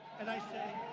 and i say,